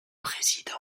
président